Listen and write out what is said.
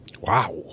Wow